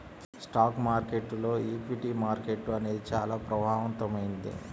stock మార్కెట్టులో equity market అనేది చానా ప్రభావవంతమైంది